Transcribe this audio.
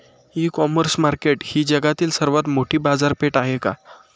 इ commerce market ही जगातील सर्वात मोठी बाजारपेठ आहे का?